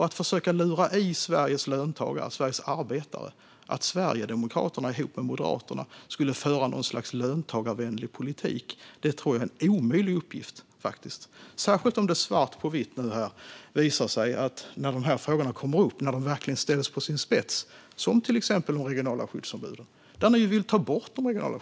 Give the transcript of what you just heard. Att försöka lura i Sveriges löntagare och arbetare att Sverigedemokraterna ihop med Moderaterna skulle föra något slags löntagarvänlig politik tror jag är en omöjlig uppgift, särskilt när det visar sig svart på vitt hur det blir när de här frågorna kommer upp och verkligen ställs på sin spets. Det gäller till exempel de regionala skyddsombuden, som ni ju vill ta bort.